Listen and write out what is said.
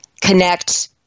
connect